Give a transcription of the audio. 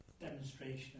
Demonstration